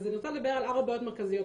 אני רוצה לדבר על ארבע בעיות מרכזיות.